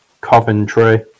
Coventry